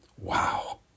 Wow